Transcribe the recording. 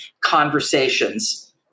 conversations